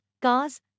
cars